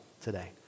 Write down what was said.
today